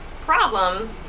problems